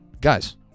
guys